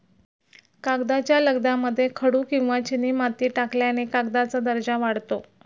कागदाच्या लगद्यामध्ये खडू किंवा चिनीमाती टाकल्याने कागदाचा दर्जा वाढतो